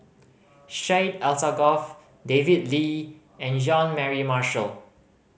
Syed Alsagoff David Lee and John Mary Marshall